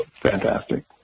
fantastic